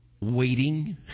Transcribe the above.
waiting